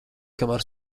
kamēr